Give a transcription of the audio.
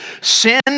sin